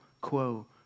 quo